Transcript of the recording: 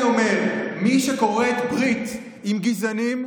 ולכן אני אומר: מי שכורת ברית עם גזענים,